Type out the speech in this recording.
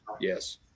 Yes